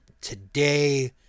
today